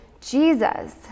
Jesus